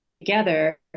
together